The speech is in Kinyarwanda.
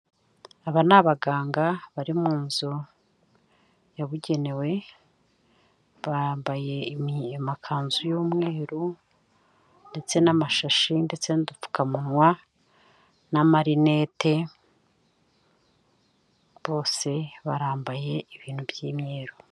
Aba ni abaganga, bari mu nzu yabugenewe, bambaye amakanzu y'umweru ndetse n'amashashi ndetse n'udupfukamunwa, n'amarinete bose barambaye ibintu by'imyeru.